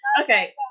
okay